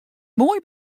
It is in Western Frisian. moai